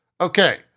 Okay